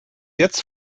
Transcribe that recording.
jetzt